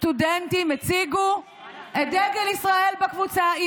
סטודנטים הציגו את דגל ישראל בקבוצה,